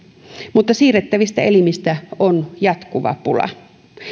mutta siirrettävistä elimistä on jatkuva pula